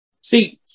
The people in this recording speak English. See